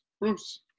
Bruce